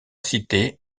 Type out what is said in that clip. cité